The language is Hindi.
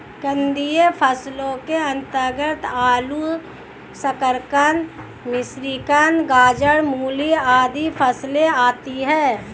कंदीय फसलों के अंतर्गत आलू, शकरकंद, मिश्रीकंद, गाजर, मूली आदि फसलें आती हैं